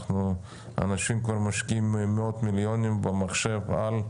אנשים כבר משקיעים מאות מיליונים במחשב על,